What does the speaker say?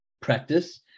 practice